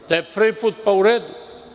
Da je prvi put, pa u redu.